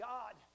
God